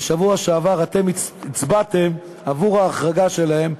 ובשבוע שעבר אתם הצבעתם עבור ההחרגה שלהם,